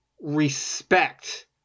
respect